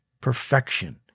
perfection